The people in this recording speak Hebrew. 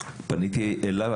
פניתי אליו,